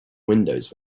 windows